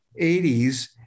80s